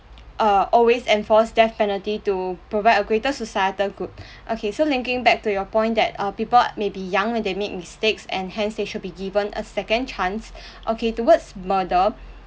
err always enforce death penalty to provide a greater societal good okay so linking back to your point that err people may be young they make mistakes and hence they should be given a second chance okay towards murder